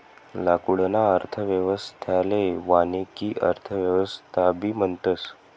लाकूडना अर्थव्यवस्थाले वानिकी अर्थव्यवस्थाबी म्हणतस